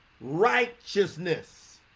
righteousness